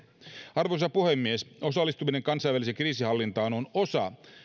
arvoisa puhemies osallistuminen kansainväliseen kriisinhallintaan on osa